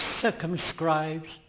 circumscribes